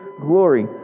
glory